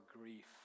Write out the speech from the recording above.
grief